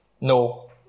No